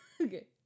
Okay